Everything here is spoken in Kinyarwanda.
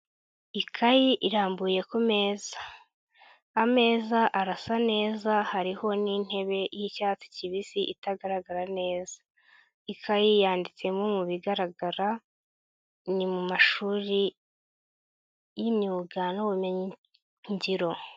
Ikayi irambuye ku meza, ameza arasa neza hariho n'intebe y'icyatsi kibisi itagaragara neza, ikayi yanditsemo mu bigaragara, ni mu mashuri y'imyuga n'ubumengiro.